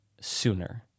Sooner